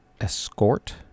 Escort